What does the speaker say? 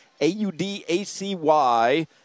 a-u-d-a-c-y